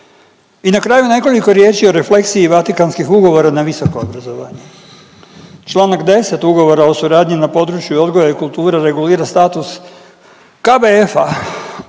I na kraju, nekoliko riječi o refleksiji Vatikanskih ugovora na visoko obrazovanje. Čl. 10 Ugovora o suradnji na području odgoja i kulture, regulira status KBF-a,